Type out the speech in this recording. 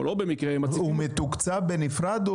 או לא במקרה --- הוא מתוקצב בנפרד,